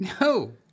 No